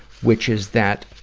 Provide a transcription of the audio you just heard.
which is that,